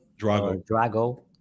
Drago